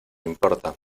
importa